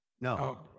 No